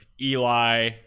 Eli